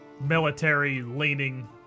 military-leaning